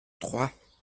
trois